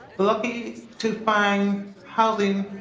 lucky to find housing